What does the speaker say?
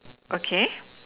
okay